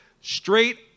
straight